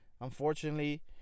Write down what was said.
Unfortunately